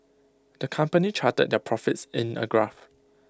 the company charted their profits in A graph